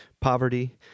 poverty